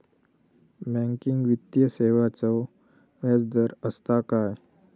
Banking वित्तीय सेवाचो व्याजदर असता काय?